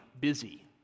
busy